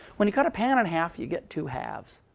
when you cut a pan in half, you get two halves.